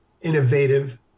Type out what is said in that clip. innovative